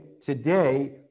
today